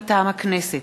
מטעם הכנסת: